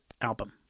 album